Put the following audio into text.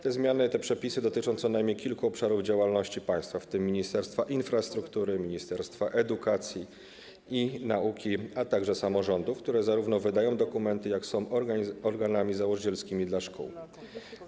Te zmiany, te przepisy dotyczą co najmniej kilku obszarów działalności państwa, w tym Ministerstwa Infrastruktury, Ministerstwa Edukacji i Nauki, a także samorządów, które zarówno wydają dokumenty, jak i są organami założycielskimi dla szkół.